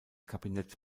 kabinett